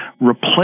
replace